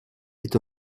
est